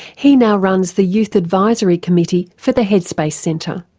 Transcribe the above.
he now runs the youth advisory committee for the headspace centre.